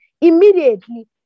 Immediately